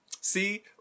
See